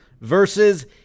versus